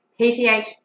PTH